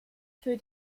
für